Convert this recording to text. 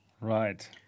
Right